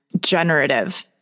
generative